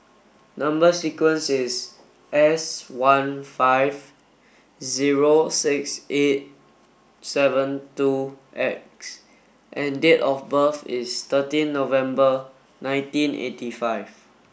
number sequence is S one five zero six eight seven two X and date of birth is thirteen November nineteen eighty five